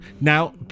Now